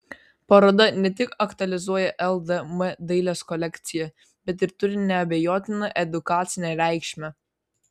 paroda ne tik aktualizuoja ldm dailės kolekciją bet ir turi neabejotiną edukacinę reikšmę